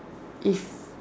if